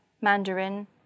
Mandarin